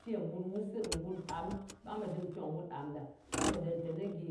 Te mɓut wusɨ, ɓut am. Ɓang ɓe dɨm tòng mbut am ɗa, ɓang ɓe ɗen teni gyɨ